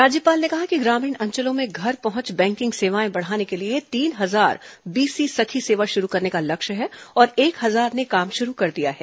राज्यपाल ने कहा कि ग्रामीण अंचलों में घर पहुंच बैंकिंग सेवाएं बढ़ाने के लिए तीन हजार बीसी सखी सेवा शुरू करने का लक्ष्य है और एक हजार ने काम शुरू कर दिया है